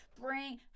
bring